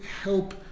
help